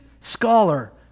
scholar